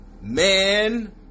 Man